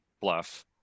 bluff